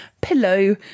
pillow